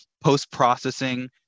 post-processing